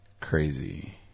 crazy